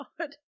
God